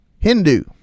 Hindu